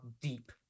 deep